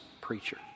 preacher